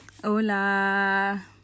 Hola